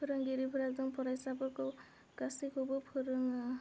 फोरोंगिरिफोरा जों फरायसाफोरखौ गासिखौबो फोरोङो